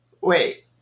Wait